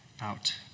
out